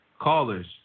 Callers